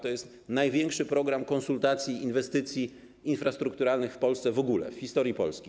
To jest największy program konsultacji inwestycji infrastrukturalnych w Polsce w ogóle, w historii Polski.